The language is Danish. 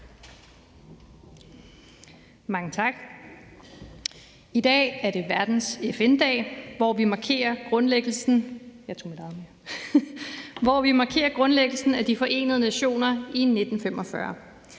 Mange tak. I dag er det verdens FN-dag, hvor vi markerer grundlæggelsen af De Forenede Nationer i 1945.